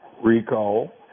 recall